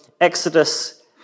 Exodus